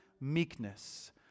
meekness